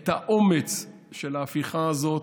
את האומץ של ההפיכה הזאת,